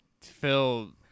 phil